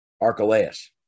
Archelaus